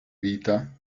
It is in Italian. vita